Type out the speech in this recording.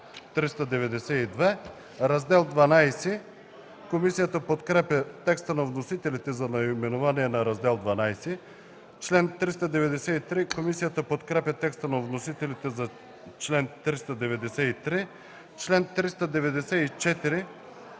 Комисията подкрепя текста на вносителите за чл. 393. Комисията